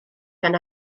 gan